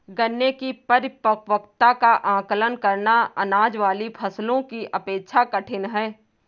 गन्ने की परिपक्वता का आंकलन करना, अनाज वाली फसलों की अपेक्षा कठिन है